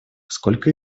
сколько